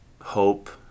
hope